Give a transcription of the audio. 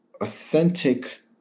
authentic